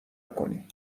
کنی